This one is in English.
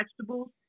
vegetables